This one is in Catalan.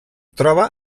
troba